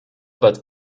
but